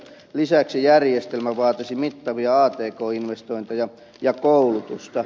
lisäksi järjestelmä vaatisi mittavia atk investointeja ja koulutusta